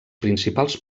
principals